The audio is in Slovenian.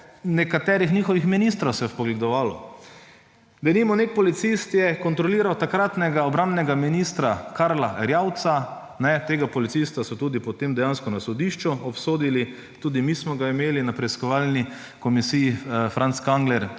nekaterih njihovih ministrov se je vpogledovalo. Denimo, nek policist je kontroliral takratnega obrambnega ministra Karla Erjavca. Tega policista so tudi potem dejansko na sodišču obsodili, tudi mi smo ga imeli na Preiskovalni komisiji o